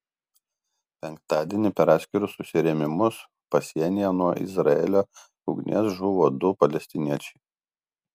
penktadienį per atskirus susirėmimus pasienyje nuo izraelio ugnies žuvo du palestiniečiai